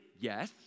Yes